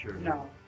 No